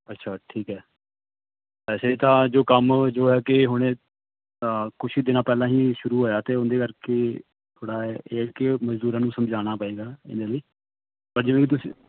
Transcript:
ਅੱਛਾ ਠੀਕ ਹੈ ਵੈਸੇ ਤਾਂ ਜੋ ਕੰਮ ਜੋ ਹੈ ਕਿ ਹੁਣ ਕੁਛ ਹੀ ਦਿਨਾਂ ਪਹਿਲਾਂ ਹੀ ਸ਼ੁਰੂ ਹੋਇਆ ਅਤੇ ਉਹਦੇ ਕਰਕੇ ਥੋੜ੍ਹਾ ਇਹ ਆ ਕਿ ਮਜ਼ਦੂਰਾਂ ਨੂੰ ਸਮਝਾਉਣਾ ਪਵੇਗਾ ਇਹਨਾਂ ਦੇ ਪਰ ਜਿਵੇਂ ਤੁਸੀਂ